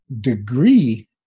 degree